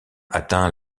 atteint